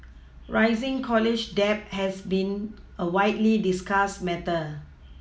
rising college debt has been a widely discussed matter